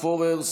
פורר,